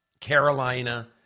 Carolina